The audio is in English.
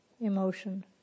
emotion